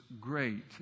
great